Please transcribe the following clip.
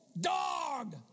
dog